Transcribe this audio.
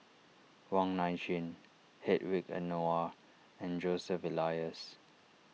Wong Nai Chin Hedwig Anuar and Joseph Elias